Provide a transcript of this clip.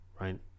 right